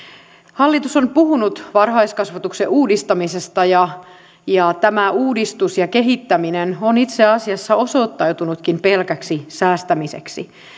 hallitus on puhunut varhaiskasvatuksen uudistamisesta ja ja tämä uudistus ja kehittäminen on itse asiassa osoittautunutkin pelkäksi säästämiseksi